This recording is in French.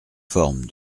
forme